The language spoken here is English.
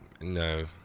no